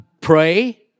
pray